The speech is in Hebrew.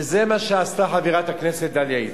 וזה מה שעשתה חברת הכנסת דליה איציק.